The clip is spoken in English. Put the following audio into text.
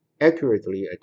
accurately